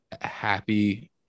happy